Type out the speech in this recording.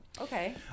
okay